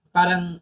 Parang